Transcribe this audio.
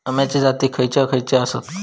अम्याचे जाती खयचे खयचे आसत?